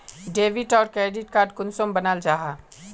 Debit आर credit card कुंसम बनाल जाहा?